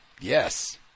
yes